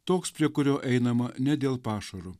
toks prie kurio einama ne dėl pašaro